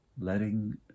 letting